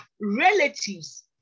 relatives